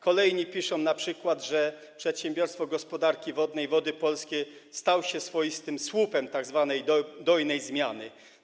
Kolejni piszą np., że przedsiębiorstwo gospodarki wodnej Wody Polskie stało się swoistym słupem tzw. dojnej zmiany.